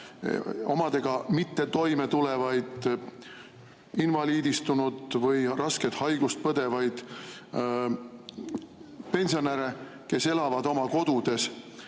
omadega mitte toime tulevaid, invaliidistunud või rasket haigust põdevaid pensionäre, kes elavad oma kodudes